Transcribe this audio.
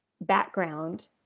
background